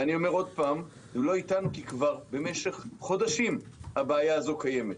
ואני אומר עוד פעם: הוא לא איתנו כי כבר במשך חודשים הבעיה הזו קיימת.